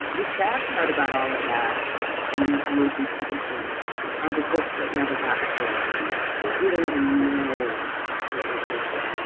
the sad part about all of that in these years in publishing are the books that never got through we don't even know what we're missing.